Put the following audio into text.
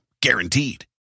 Guaranteed